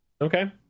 Okay